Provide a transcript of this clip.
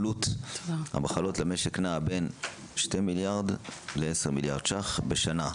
עלות המחלות למשק נע בין 2 מיליארד ל-10 מיליארד שקלים בשנה,